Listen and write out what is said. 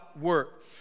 work